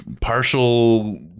partial